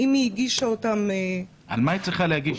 מה היא צריכה להגיש?